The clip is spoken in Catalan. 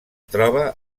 troba